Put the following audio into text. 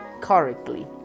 Correctly